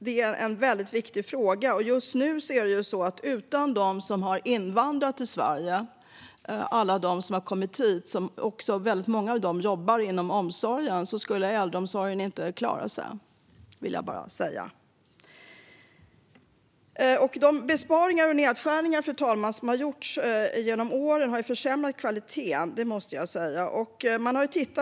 Det är en väldigt viktig fråga, och jag vill bara säga att utan dem som har invandrat till Sverige skulle äldreomsorgen inte klara sig. Där jobbar nämligen väldigt många av dem som kommit hit. Fru talman! De besparingar och nedskärningar som har gjorts genom åren har försämrat kvaliteten.